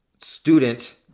student